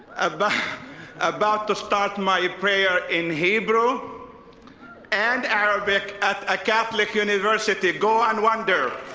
ah but about to start my prayer in hebrew and arabic at a catholic university, go and wonder.